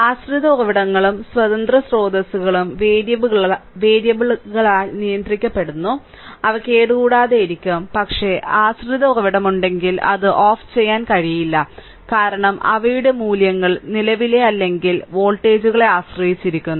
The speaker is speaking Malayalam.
ആശ്രിത ഉറവിടങ്ങളും സ്വതന്ത്ര സ്രോതസ്സുകളും വേരിയബിളുകളാൽ നിയന്ത്രിക്കപ്പെടുന്നു അവ കേടുകൂടാതെയിരിക്കും പക്ഷേ ആശ്രിത ഉറവിടം ഉണ്ടെങ്കിൽ അത് ഓഫ് ചെയ്യാൻ കഴിയില്ല കാരണം അവയുടെ മൂല്യങ്ങൾ നിലവിലെ അല്ലെങ്കിൽ വോൾട്ടേജുകളെ ആശ്രയിച്ചിരിക്കുന്നു